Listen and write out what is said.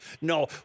no